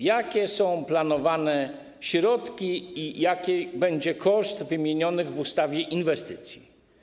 Jakie są planowane środki i jaki będzie koszt wymienionych w ustawie inwestycji?